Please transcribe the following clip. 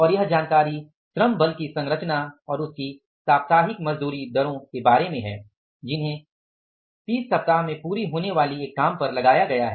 और यह जानकारी श्रम बल की संरचना और उसकी साप्ताहिक मजदूरी दरें के बारे में है जिन्हें 30 सप्ताह में पूरी होने वाली एक काम पर लगाया गया हैं